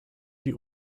die